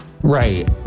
Right